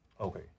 Okay